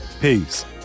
Peace